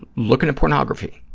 looking at pornography,